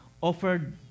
offered